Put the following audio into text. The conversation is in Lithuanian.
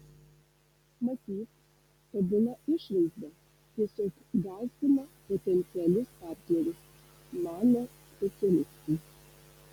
matyt tobula išvaizda tiesiog gąsdina potencialius partnerius mano specialistai